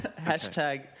hashtag